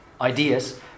ideas